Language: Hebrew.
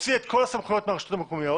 הוציא את כל הסמכויות מהרשויות המקומיות